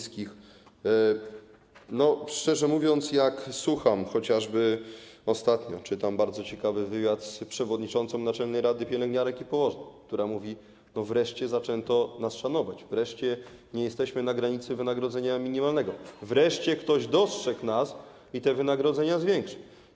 Szczerze mówiąc, słucham czy chociażby ostatnio czytam bardzo ciekawy wywiad z przewodniczącą Naczelnej Izby Pielęgniarek i Położnych, która mówi: Wreszcie zaczęto nas szanować, wreszcie nie jesteśmy na granicy wynagrodzenia minimalnego, wreszcie ktoś nas dostrzegł i te wynagrodzenia zwiększył.